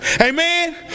Amen